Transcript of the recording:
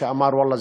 שאמר: ואללה,